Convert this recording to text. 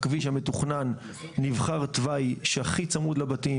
הכביש המתוכנן נבחר תוואי שהכי צמוד לבתים,